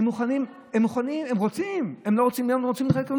אז לגייר אותם?